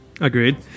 Agreed